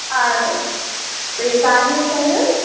আর ওই গাজর টাজর